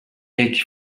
eighty